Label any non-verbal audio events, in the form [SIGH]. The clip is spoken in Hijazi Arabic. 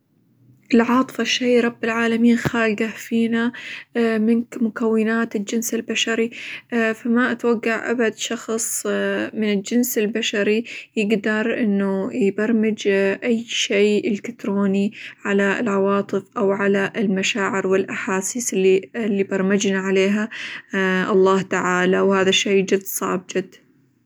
العاطفة شي رب العالمين خالقه فينا [HESITATION] من -مك- مكونات الجنس البشري، [HESITATION] فما أتوقع أبد شخص [HESITATION] من الجنس البشري يقدر إنه يبرمج [HESITATION] أي شيء إلكتروني على العواطف، أو على المشاعر، والأحاسيس -اللي- اللي برمجنا عليها [HESITATION] الله تعالي، وهذا شي جد صعب جد.